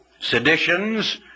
seditions